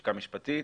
כלשכה המשפטית